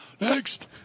Next